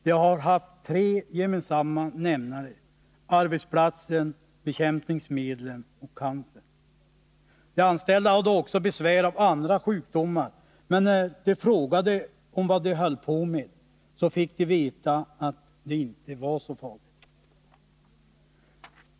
De har haft tre gemensamma nämnare: arbetsplatsen, bekämpningsmedlen och cancer. De anställda hade också besvär av andra sjukdomar, men när de frågade vad det var som de höll på med fick de veta att det inte var något farligt.